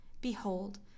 Behold